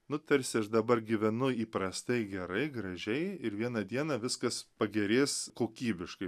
nu tarsi aš dabar gyvenu įprastai gerai gražiai ir vieną dieną viskas pagerės kokybiškai